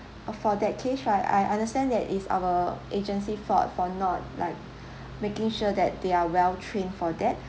for that case right I understand that it's our agency fault for not like making sure that they are well trained for that